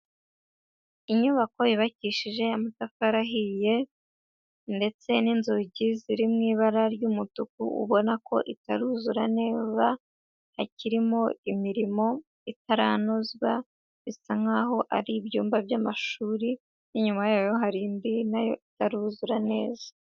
Inyubako yubakishije amatafari ahiye ndetse n'inzugi ziri mu ibara ry'umutuku, ubona ko itaruzura neza hakirimo imirimo itaranozwa, bisa nk'aho ari ibyumba by'amashuri inyuma yayo hari indi na yo itaruzura neza.